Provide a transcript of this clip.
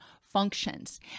functions